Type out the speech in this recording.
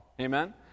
Amen